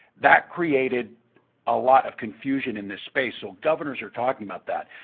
that created a lot of confusion in this space. so governors are talking about that.